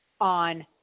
on